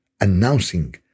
announcing